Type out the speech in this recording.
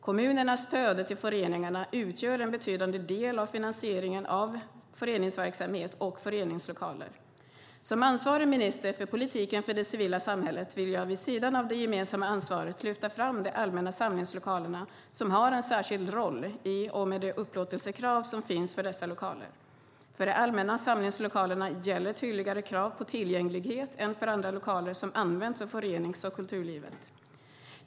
Kommunernas stöd till föreningarna utgör en betydande del av finansieringen av föreningsverksamhet och föreningslokaler. Som ansvarig minister för politiken för det civila samhället vill jag vid sidan av det gemensamma ansvaret lyfta fram de allmänna samlingslokalerna som har en särskild roll i och med de upplåtelsekrav som finns för dessa lokaler. För de allmänna samlingslokalerna gäller tydligare krav på tillgänglighet än för andra lokaler som används av förenings och kulturlivet.